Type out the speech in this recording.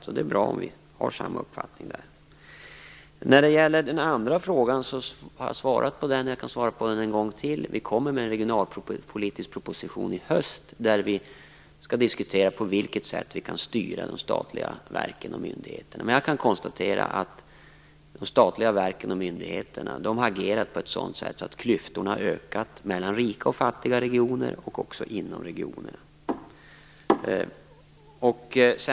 Det är alltså bra om vi har samma uppfattning om detta. Den andra frågan har jag svarat på. Jag kan svara på den en gång till. Vi kommer med en regionalpolitisk proposition i höst som handlar om på vilket sätt vi kan styra de statliga verken och myndigheterna. Jag kan konstatera att de statliga verken och myndigheterna har agerat på ett sådant sätt att klyftorna har ökat mellan rika och fattiga regioner och också inom regionerna.